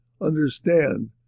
understand